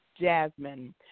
Jasmine